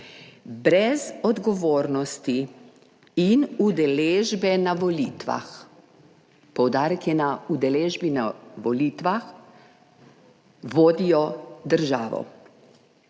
brez odgovornosti in udeležbe na volitvah. Poudarek je, na udeležbi na volitvah, vodijo državo.